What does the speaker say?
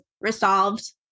resolved